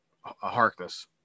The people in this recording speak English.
Harkness